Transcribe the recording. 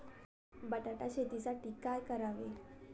बटाटा शेतीसाठी काय करावे?